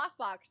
lockbox